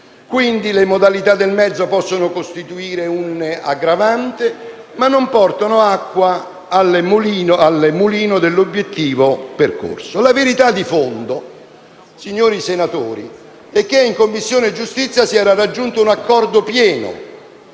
Quindi, le modalità del mezzo possono costituire un'aggravante, ma non portano acqua al mulino dell'obiettivo percorso. La verità di fondo, signori senatori, è che in Commissione giustizia si era raggiunto un accordo pieno